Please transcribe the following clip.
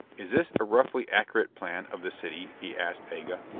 is this a roughly accurate plan of the city? he asked aga.